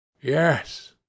Yes